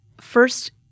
first